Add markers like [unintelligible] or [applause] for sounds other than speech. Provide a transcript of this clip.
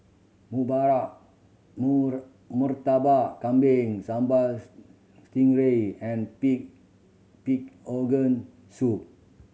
[unintelligible] Murtabak Kambing sambal [unintelligible] stingray and pig pig organ soup